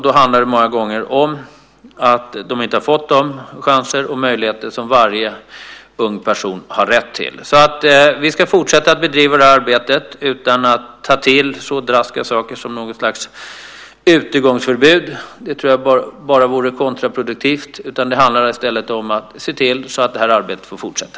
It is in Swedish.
Det handlar då många gånger om att de inte har fått de chanser och möjligheter som varje ung person har rätt till. Vi ska fortsätta att bedriva arbetet utan att ta till så drastiska saker som något slags utegångsförbud. Det vore bara kontraproduktivt. Det handlar i stället om att se till att arbetet får fortsätta.